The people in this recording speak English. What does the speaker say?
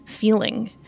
feeling